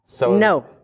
No